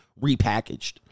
repackaged